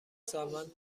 سالمند